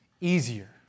easier